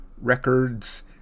records